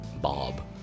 Bob